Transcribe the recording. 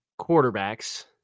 quarterbacks